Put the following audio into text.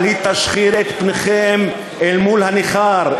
אבל הוא ישחיר את פניכם אל מול הנכר,